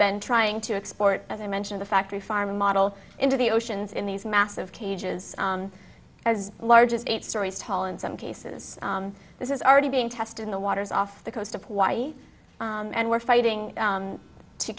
been trying to export as i mentioned the factory farming model into the oceans in these massive cages as large as eight stories tall in some cases this is already being tested in the waters off the coast of hawaii and we're fighting